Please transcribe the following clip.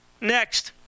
Next